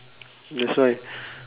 that's why